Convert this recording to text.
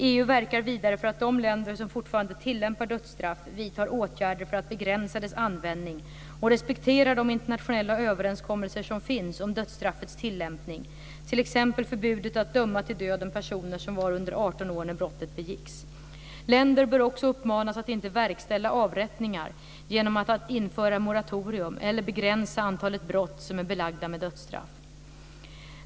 EU verkar vidare för att de länder som fortfarande tillämpar dödsstraff vidtar åtgärder för att begränsa dess användning och respekterar de internationella överenskommelser som finns om dödsstraffets tillämpning, t.ex. förbudet att döma till döden personer som var under 18 år när brottet begicks. Länder bör också uppmanas att inte verkställa avrättningar genom att införa ett moratorium eller begränsa antalet brott som är belagda med dödsstraff.